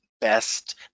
best